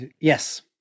Yes